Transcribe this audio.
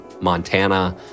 Montana